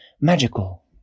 magical